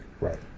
Right